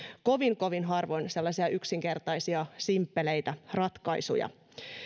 kovin kovin harvoin sellaisia yksinkertaisia simppeleitä ratkaisuja